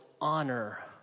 honor